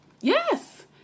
yes